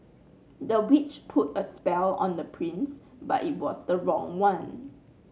the witch put a spell on the prince but it was the wrong one